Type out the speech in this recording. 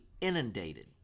inundated